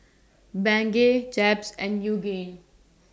Bengay Chaps and Yoogane